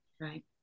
Right